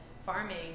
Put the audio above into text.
farming